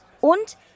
Und